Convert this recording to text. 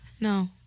No